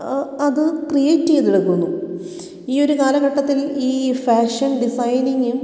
അത് ക്രിയേറ്റ് ചെയ്തെടുക്കുന്നു ഈ ഒരു കാലഘട്ടത്തിൽ ഈ ഫാഷൻ ഡിസൈനിങ്ങും